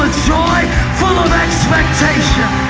ah joy, full of expectation.